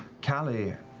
cali,